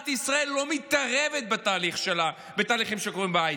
ישראל לא מתערבת בתהליכים שקורים בהייטק,